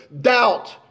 doubt